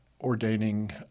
ordaining